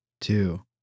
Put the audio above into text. two